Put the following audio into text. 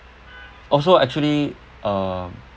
also actually um